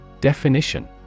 Definition